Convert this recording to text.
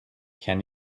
can